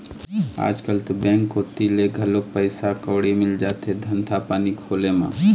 आजकल तो बेंक कोती ले घलोक पइसा कउड़ी मिल जाथे धंधा पानी खोले म